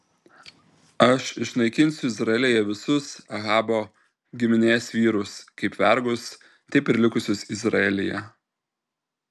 aš išnaikinsiu izraelyje visus ahabo giminės vyrus kaip vergus taip ir likusius izraelyje